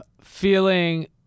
feeling